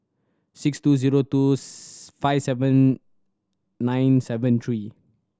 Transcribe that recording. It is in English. six two zero two five seven nine seven three